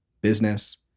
business